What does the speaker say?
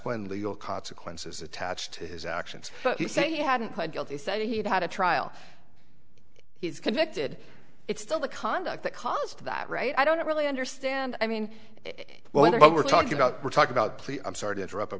the legal consequences attached to his actions he said he hadn't pled guilty said he'd had a trial he's convicted it's still the conduct that caused that right i don't really understand i mean well what we're talking about we're talking about plea i'm sorry to interrupt